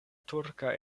turka